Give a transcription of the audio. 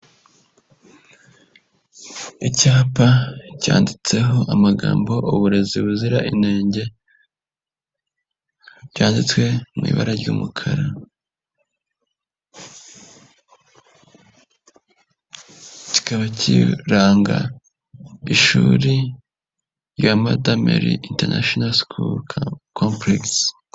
Icyapa cyanditseho amagambo buzira inenge, byanditswe mu ibara ry'umukara kikaba kiranga ishuri Mother Mery International School Complex.